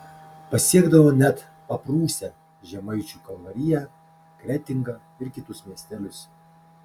pasiekdavo net paprūsę žemaičių kalvariją kretingą ir kitus miestelius